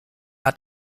hat